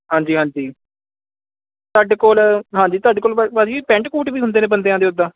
ਹਾਂਜੀ ਹਾਂਜੀ ਸਾਡੇ ਕੋਲ ਹਾਂਜੀ ਤੁਹਾਡੇ ਕੋਲ ਭਾ ਭਾਜੀ ਪੈਂਟ ਕੋਟ ਵੀ ਹੁੰਦੇ ਨੇ ਬੰਦਿਆਂ ਦੇ ਉੱਦਾਂ